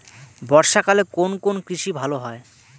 বর্ষা কালে কোন কোন কৃষি ভালো হয়?